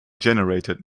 generated